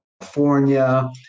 California